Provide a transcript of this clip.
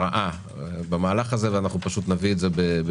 22 בנובמבר 2021. אנחנו ממשיכים בדיון